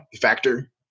factor